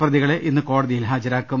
പ്രതികളെ ഇന്ന് കോടതിയിൽ ഹാജരാക്കും